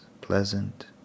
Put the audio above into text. pleasant